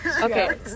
Okay